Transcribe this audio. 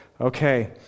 okay